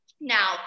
Now